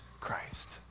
Christ